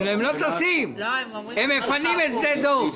הם לא טסים, הם מפנים את שדה דב.